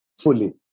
fully